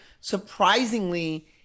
surprisingly